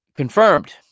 confirmed